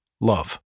love